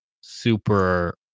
super